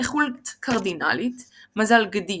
איכות קרדינלית - מזל גדי,